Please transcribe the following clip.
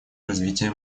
развития